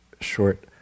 short